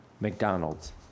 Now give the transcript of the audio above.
McDonald's